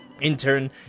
intern